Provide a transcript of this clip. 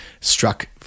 struck